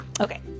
Okay